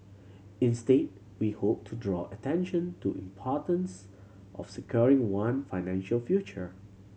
instead we hoped to draw attention to importance of securing one financial future